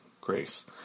Grace